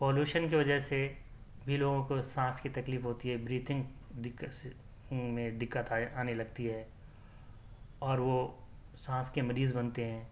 pollution کی وجہ سے بھی لوگوں کو سانس کی تکلیف ہوتی ہے بریتھنگ دقت دقت آنے لگتی ہے اور وہ سانس کے مریض بنتے ہیں